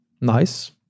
nice